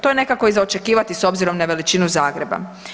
To je nekako i za očekivati s obzirom na veličinu Zagreba.